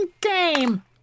Game